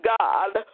God